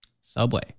Subway